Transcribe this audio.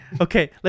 Okay